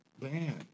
Man